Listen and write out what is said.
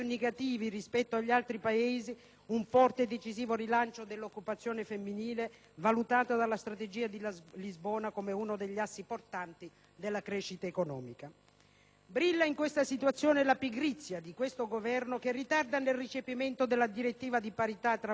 un forte e deciso rilancio dell'occupazione femminile, valutato dalla Strategia di Lisbona come uno degli assi portanti della crescita economica. Brilla in questa situazione la pigrizia di questo Governo, che ritarda nel recepimento della direttiva di parità tra uomini e donne nel mercato del lavoro